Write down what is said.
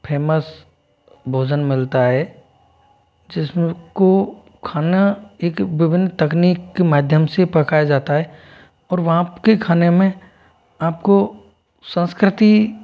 famous भोजन मिलता है जिस में को खाना एक विभिन्न तकनीक के माध्यम से पकाया जाता है और वहाँ के खाने में आप को संस्कृति